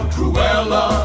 Cruella